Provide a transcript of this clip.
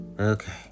Okay